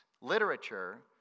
literature